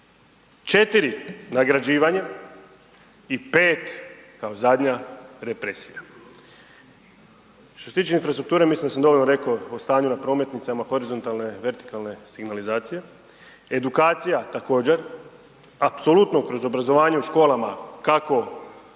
4 nagrađivanje i 5 kao zadnja represija. Što se tiče infrastrukture, mislim da sam dobro reko o stanju na prometnicama, horizontalne, vertikalne signalizacije, edukacija također, apsolutno kroz obrazovanje u školama, kako teorijsko